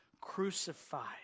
crucified